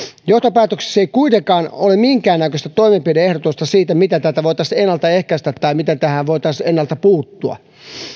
johtopäätöksissä ei kuitenkaan ole minkäännäköistä toimenpide ehdotusta siitä miten tätä voitaisiin ennaltaehkäistä tai miten tähän voitaisiin ennalta puuttua